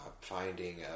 finding